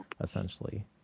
essentially